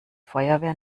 feuerwehr